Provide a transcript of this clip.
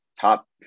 top